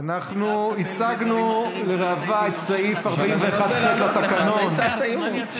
אנחנו הצגנו לראווה את סעיף 41(ח) לתקנון,